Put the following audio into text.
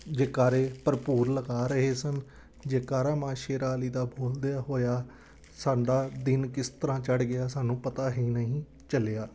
ਜੈਕਾਰੇ ਭਰਪੂਰ ਲਗਾ ਰਹੇ ਸਨ ਜੈਕਾਰਾ ਮਾਂ ਸ਼ੇਰਾਂ ਵਾਲੀ ਦਾ ਬੋਲਦਿਆਂ ਹੋਇਆ ਸਾਡਾ ਦਿਨ ਕਿਸ ਤਰ੍ਹਾਂ ਚੜ੍ਹ ਗਿਆ ਸਾਨੂੰ ਪਤਾ ਹੀ ਨਹੀਂ ਚੱਲਿਆ